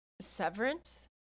severance